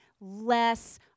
less